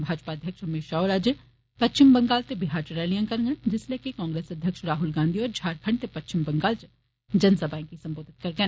भाजपा अध्यक्ष अमित शाह अज्ज पश्चिम बंगाल ते बिहार च रैलियां करंडन जिसलै के कांग्रेस अध्यक्ष राहुल गांधी होर झारखंड ते पश्चिम बंगाल च जनसभाएं गी संबोधित करंडन